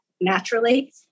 naturally